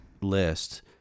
list